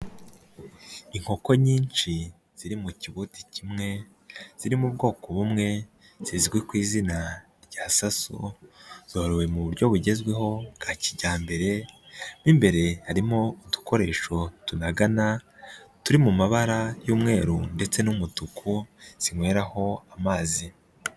Inkoko nyinshi ziri mu kibuti kimwe ziri mu bwoko bumwe zizwi ku izina rya saso zorowe mu buryo bugezweho bwa kijyambere, mo imbere harimo udukoresho tunagana turi mu mabara y'umweru ndetse n'umutuku zinyweraho amazi.